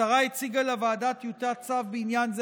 השרה הציגה לוועדה טיוטת צו בעניין זה,